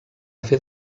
fer